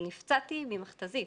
יש מכונית חונה, ועל הכביש יש מכת"זית,